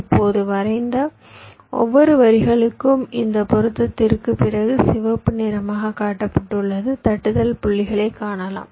இப்போது வரைந்த ஒவ்வொரு வரிகளுக்கும் இந்த பொருத்தத்திற்குப் பிறகு சிவப்பு நிறமாகக் காட்டப்பட்டுள்ளது தட்டுதல் புள்ளிகளைக் காணலாம்